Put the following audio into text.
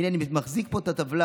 הינה, אני מחזיק פה את הטבלה.